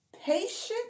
patient